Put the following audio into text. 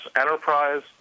Enterprise